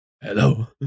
hello